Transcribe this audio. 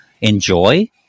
enjoy